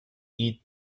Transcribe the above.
eat